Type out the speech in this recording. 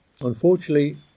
unfortunately